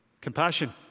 Compassion